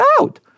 out